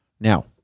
Now